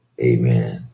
Amen